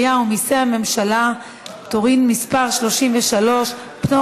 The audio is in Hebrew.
המשותפת לוועדת הכנסת ולוועדת החוקה לדיון